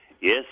Yes